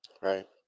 Right